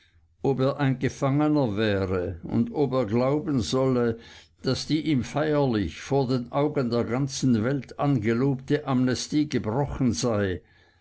ob er ein gefangener wäre und ob er glauben solle daß die ihm feierlich vor den augen der ganzen welt angelobte amnestie gebrochen sei